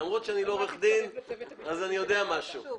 למרות שאני לא עורך דין, אני יודע משהו.